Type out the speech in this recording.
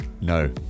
no